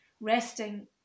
Resting